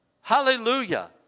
Hallelujah